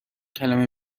کلمه